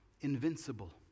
invincible